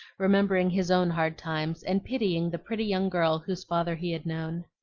remembering his own hard times and pitying the pretty young girl whose father he had known.